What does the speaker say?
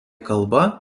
kalba